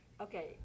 Okay